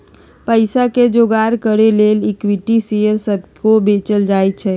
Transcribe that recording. पईसा के जोगार करे के लेल इक्विटी शेयर सभके को बेचल जाइ छइ